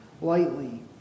lightly